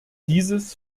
dieses